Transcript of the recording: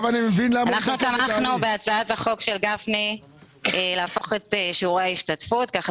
אנחנו תמכנו בהצעת החוק של גפני להפוך את שיעורי ההשתתפות ככה